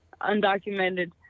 undocumented